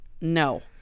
no